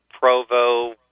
Provo